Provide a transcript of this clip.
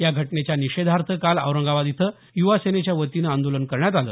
या घटनेच्या निषेधार्थ काल औरंगाबाद इथं युवतीसेनेच्यावतीनं आंदोलन करण्यात आलं